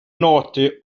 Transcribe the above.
naughty